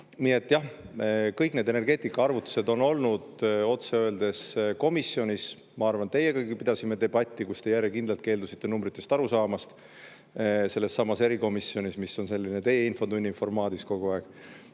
Nii et jah, kõik need energeetikaarvutused on olnud, otse öeldes, komisjonis. Ma arvan, et teiegagi pidasime debatti, kus te järjekindlalt keeldusite numbritest aru saamast, sellessamas erikomisjonis, mis on selline teie infotunni formaat kogu aeg.